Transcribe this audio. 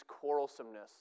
quarrelsomeness